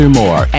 more